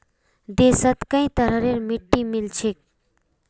देशत कई तरहरेर मिट्टी मिल छेक